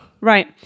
Right